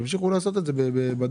שימשיכו לעשות את זה בדואר.